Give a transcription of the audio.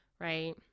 right